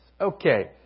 Okay